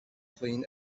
clean